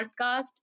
podcast